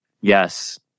Yes